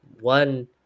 one